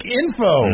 info